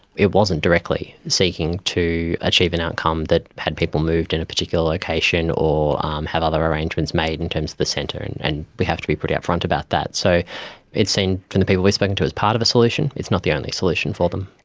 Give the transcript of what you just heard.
it wasn't directly seeking to achieve an outcome that had people moved in a particular location or um have other arrangements made in terms of the centre, and and we have to be pretty upfront about that. so it's seen from the people we have spoken to as part of a solution, it's not the only solution for them.